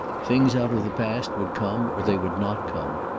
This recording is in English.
things out of the past would come or they would not come,